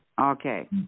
Okay